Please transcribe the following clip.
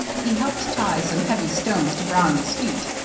he helped tie some heavy stones to brownie's feet.